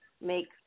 make